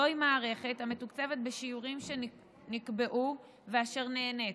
זוהי מערכת המתוקצבת בשיעורים שנקבעו ואשר נהנית: